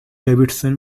davidson